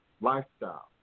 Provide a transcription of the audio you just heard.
lifestyle